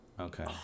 Okay